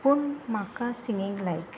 पूण म्हाका सिंगींग लायक